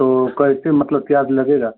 तो कैसे मतलब चार्ज लगेगा